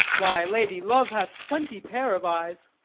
why, lady, love hath twenty pair of eyes.